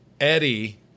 Eddie